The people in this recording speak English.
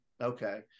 okay